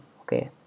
Okay